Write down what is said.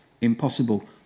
impossible